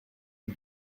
ils